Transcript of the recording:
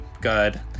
Good